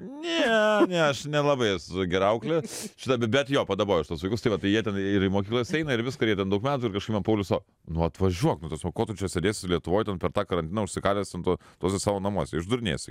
ne ne aš nelabai esu gera auklė šita bet jo padaboju aš tuos vaikus tai va tai jie ten ir į mokyklas eina ir viską ir jie ten daug metų ir kažkaip man paulius sako nu atvažiuok nu ta prasme ko tu čia sėdėsi lietuvoj per tą karantiną užsikalęs ten tuo tuose savo namuose išdurnėsi